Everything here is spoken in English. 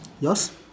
yours